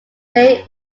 they